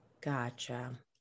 gotcha